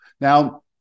Now